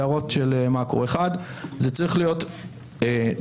הן הערות של מקרו: נקודת אחת,